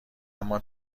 اما